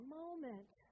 moment